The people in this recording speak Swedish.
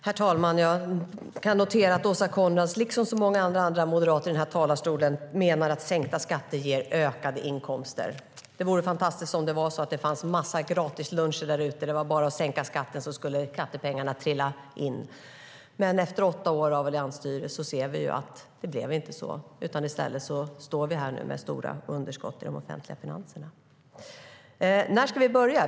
Herr talman! Jag kan notera att Åsa Coenraads, liksom så många andra moderater i talarstolen, menar att sänkta skatter ger ökade inkomster. Det vore fantastiskt om det var så att det fanns en massa gratisluncher där ute, att det bara var att sänka skatten så skulle skattepengarna trilla in. Men efter åtta år av alliansstyre ser vi att det inte blev så. I stället står vi nu här med stora underskott i de offentliga finanserna. När ska vi då börja?